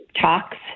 talks